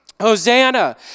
Hosanna